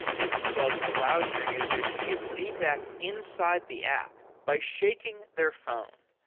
instabug allows your users to give feedback inside the app by shaking their phone.